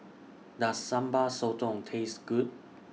Does Sambal Sotong Taste Good